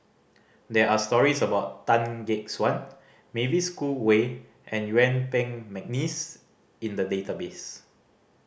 there are stories about Tan Gek Suan Mavis Khoo Oei and Yuen Peng McNeice in the database